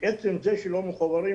בעצם זה שלא מחוברים,